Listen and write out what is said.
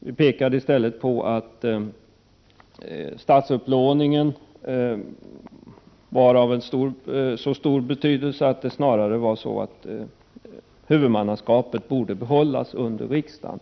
Vi pekade exempelvis på att statsupplåningen var av så stor betydelse att huvudmannaskapet snarast borde ligga kvar under riksdagen.